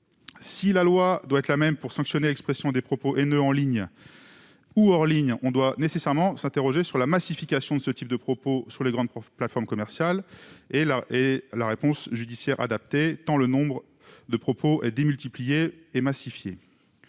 Si la loi doit être la même pour sanctionner l'expression des propos haineux en ligne ou hors ligne, on doit nécessairement s'interroger sur la massification de ce type de propos sur les grandes plateformes commerciales et sur la réponse judiciaire qu'il convient d'y apporter, tant leur nombre est démultiplié.